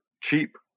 cheap